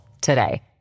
today